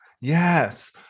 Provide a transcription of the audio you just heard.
yes